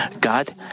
God